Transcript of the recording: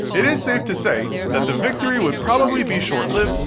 it is safe to say that the victory would probably be short lived,